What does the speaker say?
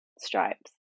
Stripes